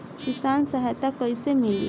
किसान सहायता कईसे मिली?